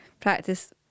practice